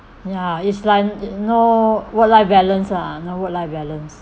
ya it's like you know work life balance lah no work life balance